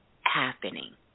happening